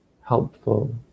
helpful